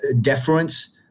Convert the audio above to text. deference